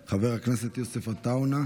חבר הכנסת יוסף עטאונה.